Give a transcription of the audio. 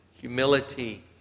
humility